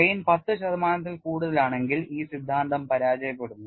strain 10 ശതമാനത്തിൽ കൂടുതൽ ആണെങ്കിൽ ഈ സിദ്ധാന്തം പരാജയപ്പെടുന്നു